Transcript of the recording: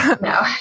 No